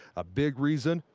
a big reason?